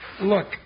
Look